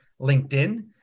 LinkedIn